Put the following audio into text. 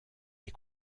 les